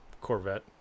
Corvette